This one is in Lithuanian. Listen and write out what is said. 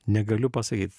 negaliu pasakyt